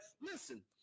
listen